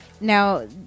now